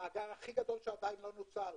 המאגר הכי גדול שטרם נוצל,